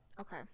Okay